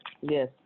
Yes